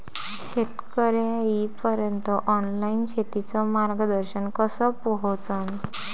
शेतकर्याइपर्यंत ऑनलाईन शेतीचं मार्गदर्शन कस पोहोचन?